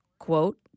quote